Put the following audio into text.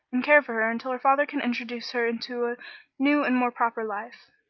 and care for her until her father can introduce her into a new and more proper life.